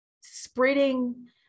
spreading